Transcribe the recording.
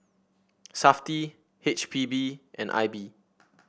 Safti H P B and I B